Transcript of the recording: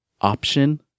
option